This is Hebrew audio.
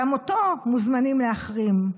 גם אותו מוזמנים להחרים.